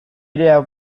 ere